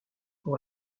pour